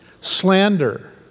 slander